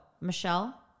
michelle